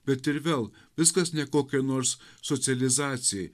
bet ir vėl viskas ne kokiai nors socializacijai